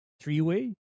three-way